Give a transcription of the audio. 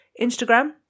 Instagram